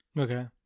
Okay